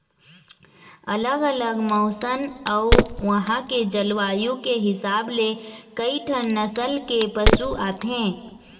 अलग अलग मउसन अउ उहां के जलवायु के हिसाब ले कइठन नसल के पशु आथे